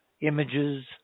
images